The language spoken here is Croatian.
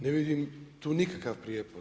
Ne vidim tu nikakav prijepor.